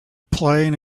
playing